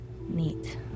Neat